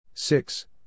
Six